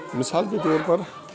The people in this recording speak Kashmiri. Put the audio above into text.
مِثال کے طور پر